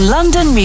London